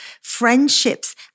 friendships